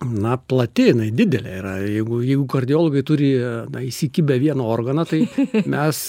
na plati jinai didelė yra jeigu jeigu kardiologai turi įsikibę vieną organą tai mes